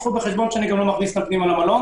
קחו בחשבון שאני לא מכניס פנימה למלון